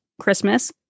Christmas